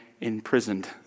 imprisoned